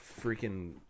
freaking